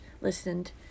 listened